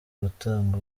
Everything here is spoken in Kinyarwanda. gutanga